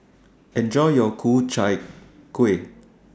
Enjoy your Ku Chai Kuih